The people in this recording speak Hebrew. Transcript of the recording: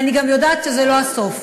ואני גם יודעת שזה לא הסוף.